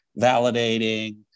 validating